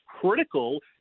critical